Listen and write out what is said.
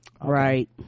right